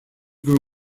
grew